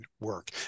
work